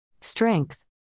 Strength